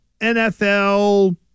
NFL